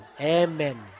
Amen